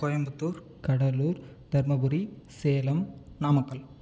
Coimbatore Cuddalore Dharmapuri Salem Namakkal